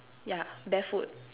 yeah barefoot